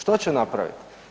Što će napraviti?